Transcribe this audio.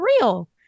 real